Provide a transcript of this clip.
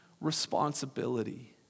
responsibility